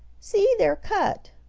see, they're cut!